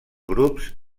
grups